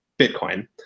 Bitcoin